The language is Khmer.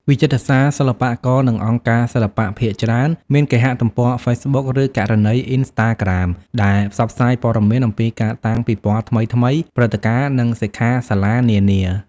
វិចិត្រសាល សិល្បករ និងអង្គការសិល្បៈភាគច្រើនមានគេហទំព័រហ្វេសប៊ុក ឬគណនីអុីស្តាក្រាម ដែលផ្សព្វផ្សាយព័ត៌មានអំពីការតាំងពិពណ៌ថ្មីៗ ព្រឹត្តិការណ៍ និងសិក្ខាសាលានានា។